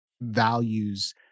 values